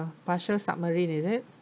partial submarine is it